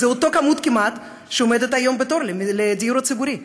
זה כמעט אותו מספר של העומדים היום בתור לדיור הציבורי,